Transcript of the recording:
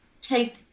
take